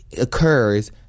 occurs